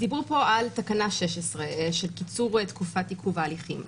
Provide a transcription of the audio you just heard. דיברו פה על תקנה 16 של קיצור תקופת עיכוב ההליכים.